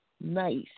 Nice